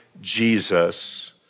Jesus